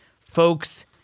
folks